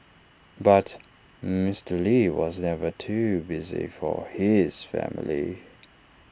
but Mister lee was never too busy for his family